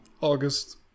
August